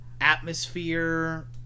atmosphere